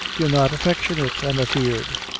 you're not affectionate, i'm afeard.